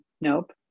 Nope